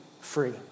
free